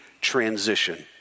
transition